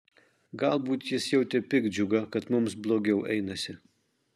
galbūt jis jautė piktdžiugą kad mums blogiau einasi